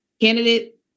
candidate